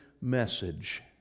message